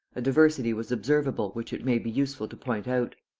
a diversity was observable which it may be useful to point out.